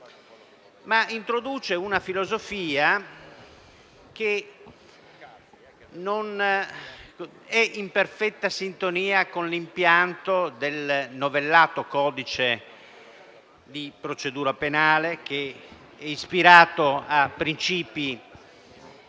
introduce una filosofia che non è in perfetta sintonia con l'impianto del novellato codice di procedura penale, ispirato a principi